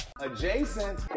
Adjacent